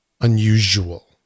unusual